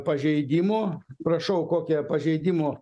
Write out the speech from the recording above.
pažeidimų prašau kokie pažeidimų